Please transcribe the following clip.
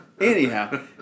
Anyhow